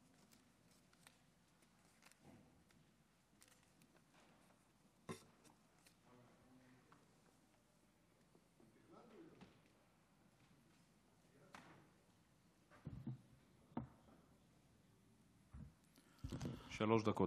שלוש דקות,